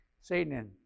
Satan